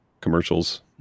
commercials